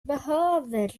behöver